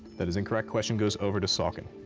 that is incorrect, question goes over to saucon.